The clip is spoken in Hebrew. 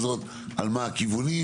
מה הכיוונים,